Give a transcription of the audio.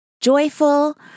joyful